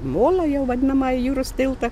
molą jau vadinamą jūros tiltą